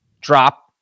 drop